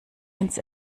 ins